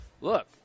look